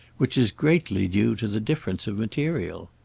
which is greatly due to the difference of material.